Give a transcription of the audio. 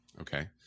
Okay